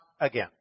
again